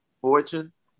fortunes